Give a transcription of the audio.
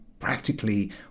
practically